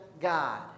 God